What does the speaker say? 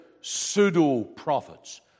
pseudo-prophets